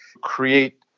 create